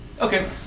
okay